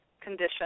condition